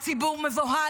הציבור מבוהל,